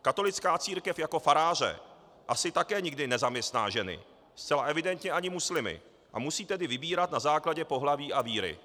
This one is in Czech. Katolická církev jako faráře asi také nikdy nezaměstná ženy, zcela evidentně ani muslimy, a musí tedy vybírat na základě pohlaví a víry.